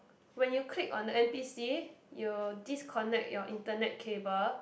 when you click on the N_P_C you disconnect your internet cable